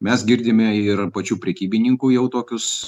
mes girdime ir pačių prekybininkų jau tokius